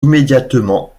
immédiatement